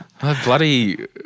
Bloody